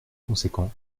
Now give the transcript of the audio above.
conséquent